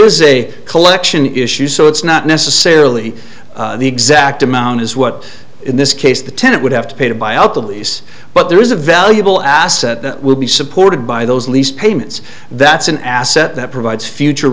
is a collection issue so it's not necessarily the exact amount as what in this case the tenant would have to pay to buy up the lease but there is a valuable asset that will be supported by those lease payments that's an asset that provides future